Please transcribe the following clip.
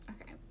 Okay